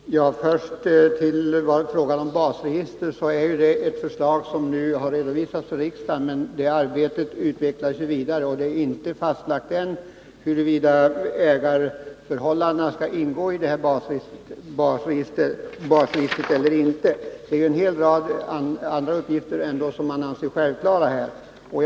Herr talman! Vad först gäller förslaget om basregister vill jag säga att detta nu redovisats för riksdagen och att arbetet på detta område går vidare. Det är ännu inte fastlagt huruvida ägarförhållandena skall ingå i basregistret eller inte. Det finns ju en hel rad andra uppgifter som man anser vara självklara i detta sammanhang.